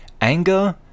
anger